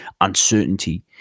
uncertainty